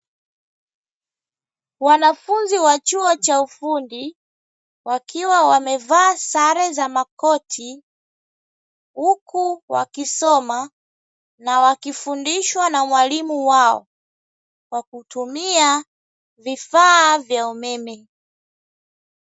Wanafunzi wa chuo cha ufundi wakiwa wamevaa sare za makoti, huku wakisoma na wakifundishwa na mwalimu wao kwa kutumia vifaa vya umeme.